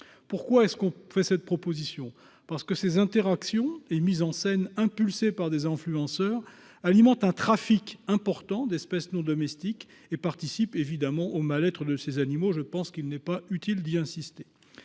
Pourquoi est-ce qu'on fait cette proposition parce que ces interactions et mise en scène impulsée par des influenceurs alimente un trafic important d'espèce non domestique et participe évidemment au mal-être de ces animaux. Je pense qu'il n'est pas utile d'y insister